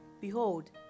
Behold